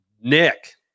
nick